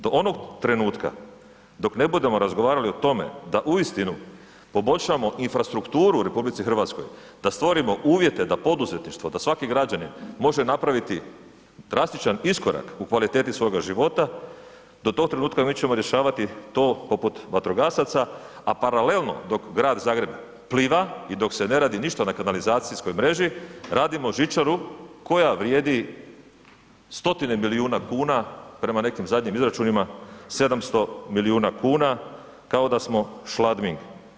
Do onog trenutka dok ne budemo razgovarali o tome da uistinu poboljšamo infrastrukturu u RH, da stvorimo uvjete da poduzetništvo, da svaki građanin može napraviti drastičan iskorak u kvaliteti svoga života, do tog trenutka mi ćemo rješavati to poput vatrogasaca, a paralelno dok Grad Zagreb pliva i dok se ne radi ništa na kanalizacijskoj mreži radimo žičaru koja vrijedi stotine milijuna kuna, prema nekim zadnjim izračunima 700 milijuna kuna, kao da smo Schladming.